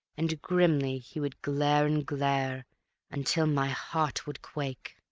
and grimly he would glare and glare until my heart would quake.